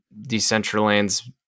Decentraland's